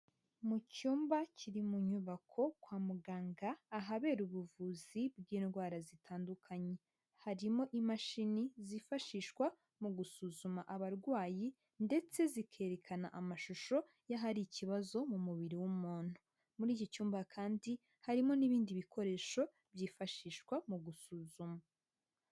Mu cyumba kiri mu nyubako kwa muganga ahabera ubuvuzi bw'indwara zitandukanye. Harimo imashini zifashishwa mu gusuzuma abarwayi, ndetse zikerekana amashusho y'ahari ikibazo mu mubiri w'umuntu. Muri iki cyumba kandi harimo n'ibindi bikoresho byifashishwa mu gusuzuma.